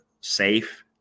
safe